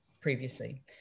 previously